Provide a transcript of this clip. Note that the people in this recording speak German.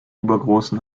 übergroßem